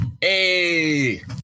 hey